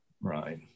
Right